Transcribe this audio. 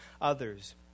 others